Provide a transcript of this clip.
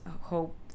hope